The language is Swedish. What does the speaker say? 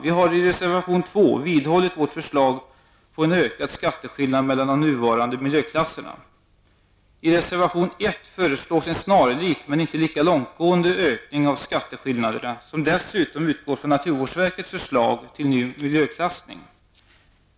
Vi har i reservation 2 vidhållit vårt krav på en ökad skatteskillnad mellan de nuvarande miljöklasserna. I reservation nr 1 föreslås en snarlik, men inte lika långtgående, ökning av skatteskillnaderna, som dessutom utgår från naturvårdsverkets förslag till ny miljöklassning.